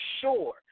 sure